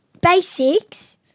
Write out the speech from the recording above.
basics